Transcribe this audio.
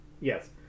yes